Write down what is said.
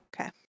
okay